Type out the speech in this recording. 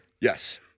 yes